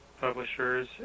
publishers